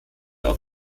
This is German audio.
auf